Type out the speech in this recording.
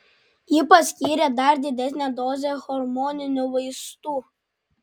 ji paskyrė dar didesnę dozę hormoninių vaistų